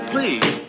Please